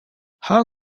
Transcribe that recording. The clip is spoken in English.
how